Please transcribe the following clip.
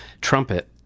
Trumpet